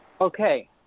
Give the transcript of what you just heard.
Okay